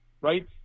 right